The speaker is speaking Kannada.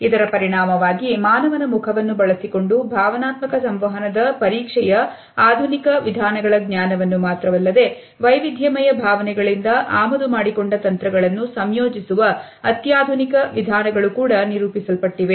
ಇದರ ಪರಿಣಾಮವಾಗಿ ಮಾನವನ ಮುಖವನ್ನು ಬಳಸಿಕೊಂಡು ಭಾವನಾತ್ಮಕ ಸಂವಹನದ ಪರೀಕ್ಷೆಯ ಆಧುನಿಕ ವಿಧಾನಗಳ ಜ್ಞಾನವನ್ನು ಮಾತ್ರವಲ್ಲದೆ ವೈವಿಧ್ಯಮಯ ಭಾವನೆಗಳಿಂದ ಆಮದು ಮಾಡಿಕೊಂಡ ತಂತ್ರಗಳನ್ನು ಸಂಯೋಜಿಸುವ ಅತ್ಯಾಧುನಿಕ ವಿಧಾನಗಳು ಕೂಡ ನಿರೂಪಿಸಲ್ಪಟ್ಟಿವೆ